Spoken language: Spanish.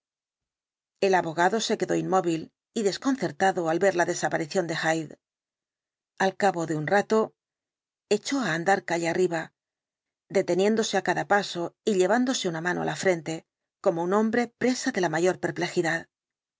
el abogado se quedó inmóvil y desconcertado al ver la desaparición de hyde al cabo de un rato echó á andar calle arriba deteniéndose á cada paso y llevándose una mano á la frente como un hombre presa de la mayor perplejidad